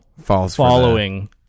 following